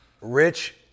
Rich